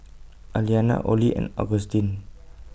Aliana Orley and Augustin